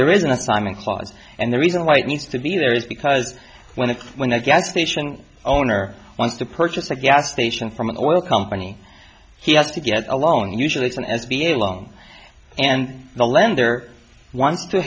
there is an assignment clause and the reason why it needs to be there is because when i when i gas station owner wants to purchase a gas station from an oil company he has to get along usually it's an s b a along and the lender wants to